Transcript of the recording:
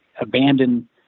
abandon